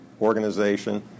organization